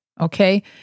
okay